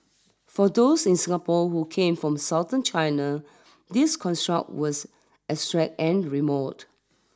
for those in Singapore who came from Southern China this construct was abstract and remote